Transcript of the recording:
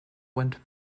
went